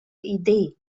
idee